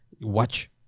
watch